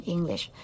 English